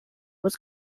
was